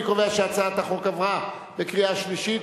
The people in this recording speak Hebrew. אני קובע שהצעת החוק עברה בקריאה שלישית